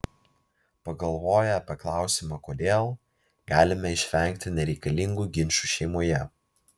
pagalvoję apie klausimą kodėl galime išvengti nereikalingų ginčų šeimoje